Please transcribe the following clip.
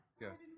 Yes